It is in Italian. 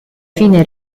fine